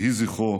יהי זכרו